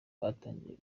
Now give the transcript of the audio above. batangiye